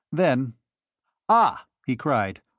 then ah! he cried.